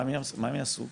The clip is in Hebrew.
מה הם יעשו?